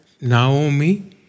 Naomi